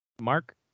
Mark